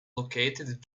located